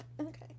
Okay